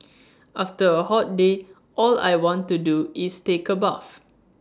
after A hot day all I want to do is take A bath